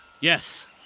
Yes